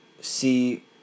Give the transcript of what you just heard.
see